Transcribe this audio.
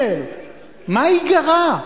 מה ייגרע?